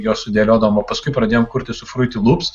juos sudėliodavom o paskui pradėjome kurti su fryti lups